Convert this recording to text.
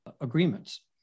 agreements